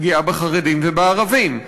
פגיעה בחרדים ובערבים.